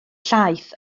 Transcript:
llaeth